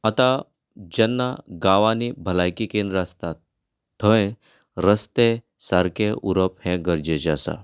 आतां जेन्ना गांवांनी भलायकी केंद्र आसतात थंय रस्ते सारकें उरप हें गरजेचें आसा